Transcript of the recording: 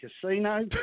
Casino